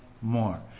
more